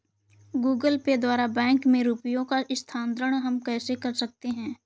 Google Pay द्वारा bank में रुपयों का स्थानांतरण हम कैसे कर सकते हैं?